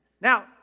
now